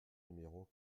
numéro